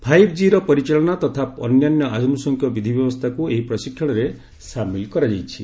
five G ର ପରିଚାଳନା ତଥା ଅନ୍ୟାନ୍ୟ ଆନୁଷଙ୍ଗିକ ବିଧିବ୍ୟବସ୍ଥାକୁ ଏହି ପ୍ରଶିକ୍ଷଣରେ ସାମିଲ୍ କରାଯାଇଛି